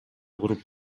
куруп